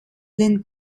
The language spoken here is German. den